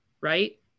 Right